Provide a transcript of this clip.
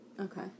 Okay